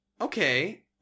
Okay